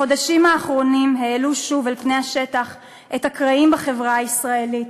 החודשים האחרונים העלו שוב על פני השטח את הקרעים בחברה הישראלית,